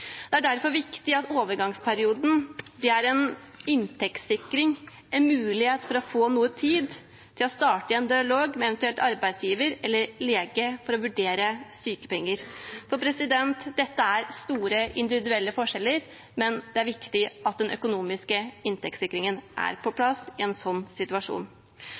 Det er derfor viktig at overgangsperioden er en inntektssikring, en mulighet for å få noe tid til å starte en dialog med en arbeidsgiver eller eventuelt lege for å vurdere sykepenger. Her er det store individuelle forskjeller, men det er viktig at den økonomiske inntektssikringen er på plass i en slik situasjon.